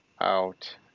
out